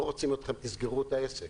תסגרו את העסק.